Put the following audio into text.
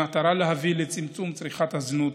במטרה להביא לצמצום צריכת הזנות,